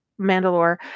Mandalore